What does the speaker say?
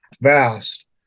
vast